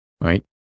right